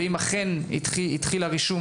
ואם אכן התחיל הרישום,